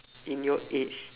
in your age